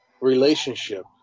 relationship